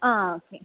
ആ ഓക്കെ